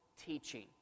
teaching